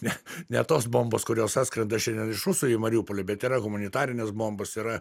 ne ne tos bombos kurios atskrenda šiandien iš rusų į mariupolį bet yra humanitarinės bombos yra